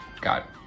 got